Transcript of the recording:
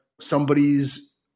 somebody's